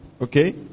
okay